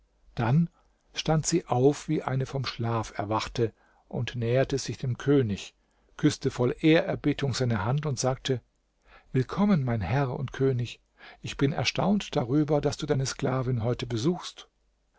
dann stand sie auf wie eine vom schlaf erwachte und näherte sich dem könig küßte voll ehrerbietung seine hand und sagte willkommen mein herr und könig ich bin erstaunt darüber daß du deine sklavin heute besuchst